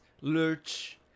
Lurch